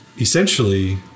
essentially